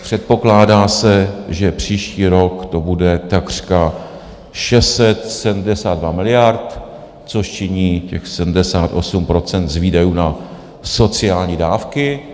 Předpokládá se, že příští rok to bude takřka 672 miliard, což činí těch 78 % z výdajů na sociální dávky.